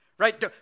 right